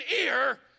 ear